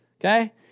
okay